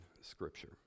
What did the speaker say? Scripture